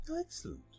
Excellent